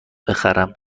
بخرم